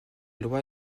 loi